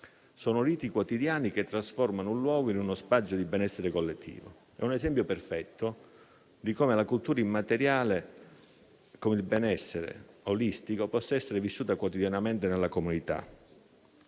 sono riti quotidiani che trasformano un luogo in uno spazio di benessere collettivo. È un esempio perfetto di come la cultura immateriale e il benessere olistico possano essere vissuti quotidianamente nella comunità.